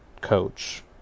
coach